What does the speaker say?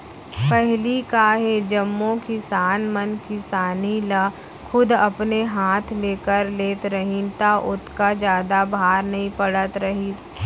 पहिली का हे जम्मो किसान मन किसानी ल खुद अपने हाथ ले कर लेत रहिन त ओतका जादा भार नइ पड़त रहिस